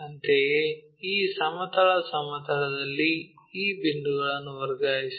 ಅಂತೆಯೇ ಈ ಸಮತಲ ಸಮತಲದಲ್ಲಿ ಈ ಬಿಂದುಗಳನ್ನು ವರ್ಗಾಯಿಸಿ